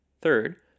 Third